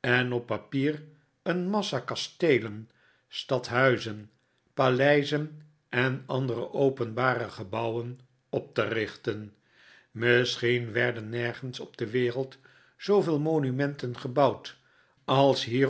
en op papier een massa kasteelen stadhuizen paleizen en andere opehbare gebouwen op te richten misschien werden nergens op de wereld zooveel monumenten gebouwd als hier